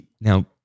Now